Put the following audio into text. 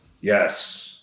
Yes